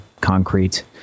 concrete